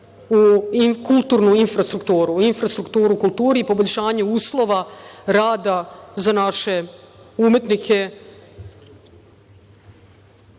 u kulturnu infrastrukturu, infrastrukturu u kulturi, poboljšanju uslova rada za naše umetnike